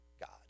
God